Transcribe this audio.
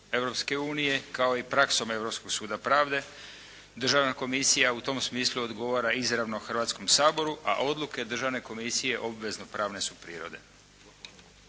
Europske unije kao i praksom Europskog suda pravde. Državna komisija u tom smislu odgovara izravno Hrvatskom saboru, a odluke državne komisije obvezno pravne su prirode.